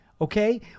okay